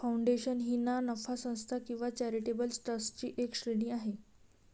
foundation ही ना नफा संस्था किंवा चॅरिटेबल ट्रस्टची एक श्रेणी आहे